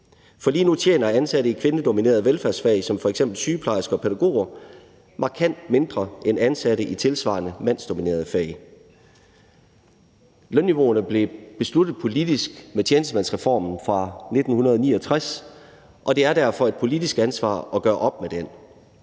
For lige nu tjener ansatte i kvindedominerede velfærdsfag, f.eks. sygeplejersker og pædagoger, markant mindre end ansatte i tilsvarende mandsdominerede fag. Lønniveauerne blev besluttet politisk med tjenestemandsreformen fra 1969, og det er derfor et politisk ansvar at gøre op med den.